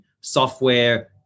software